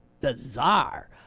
bizarre